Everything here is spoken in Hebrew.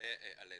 ולעולה עלינו.